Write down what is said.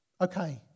Okay